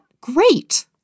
Great